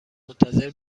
منتظر